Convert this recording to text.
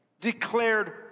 declared